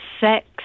Sex